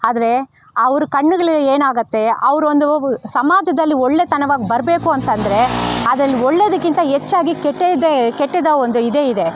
ಆದರೆ ಅವ್ರ ಕಣ್ಗಳು ಏನಾಗುತ್ತೆ ಅವರೊಂದು ಸಮಾಜದಲ್ಲಿ ಒಳ್ಳೆತನವಾಗಿ ಬರಬೇಕು ಅಂತಂದರೆ ಅದ್ರಲ್ಲಿ ಒಳ್ಳೇದಕ್ಕಿಂತ ಹೆಚ್ಚಾಗಿ ಕೆಟ್ಟದ್ದೇ ಕೆಟ್ಟದ್ದಾ ಒಂದು ಇದೇ ಇದೆ